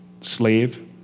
slave